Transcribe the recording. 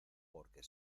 porque